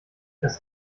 das